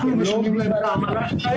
אנחנו משלמים להם את העמלה שלהם.